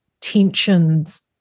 tensions